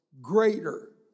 greater